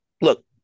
look